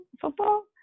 football